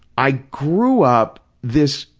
i grew up this,